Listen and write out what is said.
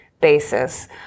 basis